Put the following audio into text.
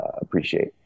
appreciate